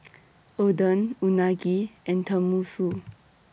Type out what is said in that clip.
Oden Unagi and Tenmusu